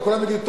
כולם יגידו,